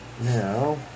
now